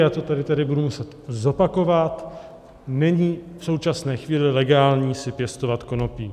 Já to tady tedy budu muset zopakovat, není v současné chvíli legální si pěstovat konopí.